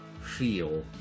feel